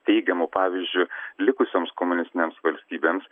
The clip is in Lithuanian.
teigiamu pavyzdžiu likusioms komunistinėms valstybėms